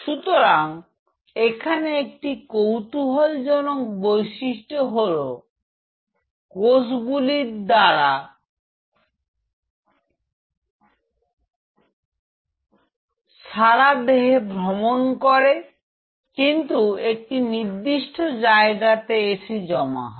সুতরাং এখানে একটি কৌতুহলজনক বৈশিষ্ট্য হলো কোষগুলি সারা দেহে ভ্রমণ করে কিন্তু একটি নির্দিষ্ট জায়গাতে এসেই জমা হয়